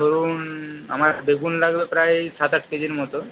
ধরুন আমার বেগুন লাগবে প্রায় সাত আট কেজির মতো